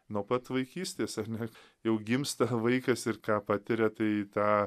nuo pat vaikystės ar ne jau gimsta vaikas ir ką patiria tai tą